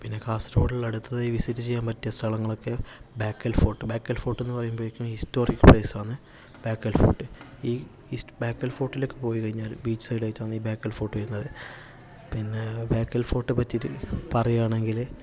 പിന്നെ കാസർഗൊഡില് അടുത്തതായി വിസിറ്റ് ചെയ്യാൻ പറ്റിയ സ്ഥലങ്ങൾ ഒക്കെ ബാക്കിൽ ഫോർട്ട് ബാക്കിൽ ഫോർട്ട് എന്നുപറയുമ്പത്തെക്കും ഹിസ്റ്റോറിക്കൽ പ്ലേസ് ആണ് ബേക്കൽ ഫോർട്ട് ഈ ബക്കൽ ഫോർട്ടിലേക്ക് പോയി കഴിഞ്ഞാല് ബീച്ച് സൈഡിലായിട്ടാണ് ബേക്കൽ ഫോർട്ട് വരുന്നത് പിന്നെ ബേക്കൽ ഫോർട്ടിനെ പറ്റിയിട്ട് പറയുവാണെങ്കില്